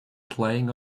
playing